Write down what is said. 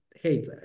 hate